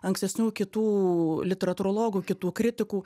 ankstesnių kitų literatūrologų kitų kritikų